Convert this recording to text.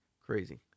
Crazy